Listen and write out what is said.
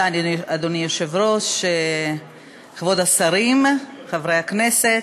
אדוני היושב-ראש, תודה, כבוד השרים, חברי הכנסת,